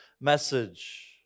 message